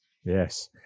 Yes